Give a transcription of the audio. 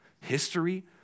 history